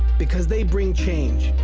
because they bring change.